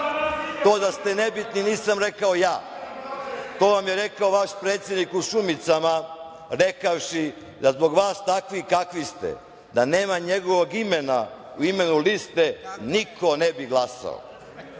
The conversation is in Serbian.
To da ste nebitni nisam rekao ja, to vam je rekao vaš predsednik u Šumicama, rekavši da zbog vas takvih kakvih ste, da nema njegovog imena u imenu liste, niko ne bi glasao. Rekao